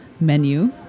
menu